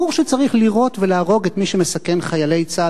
ברור שצריך לירות ולהרוג את מי שמסכן חיילי צה"ל